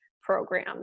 program